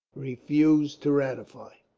refused to ratify.